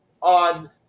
on